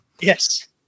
Yes